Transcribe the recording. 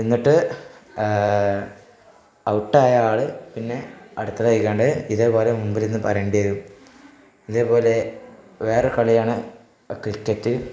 എന്നിട്ട് ഔട്ടായ ആള് പിന്നെ അടുത്തതായി കണ്ട് ഇതേപോലെ മുമ്പിലിന്ന് പറയണ്ടി വരും ഇതേപോലെ വേറെ കളിയാണ് ക്രിക്കറ്റ്